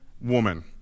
woman